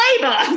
labor